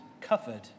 covered